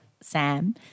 Sam